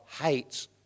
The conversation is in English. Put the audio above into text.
hates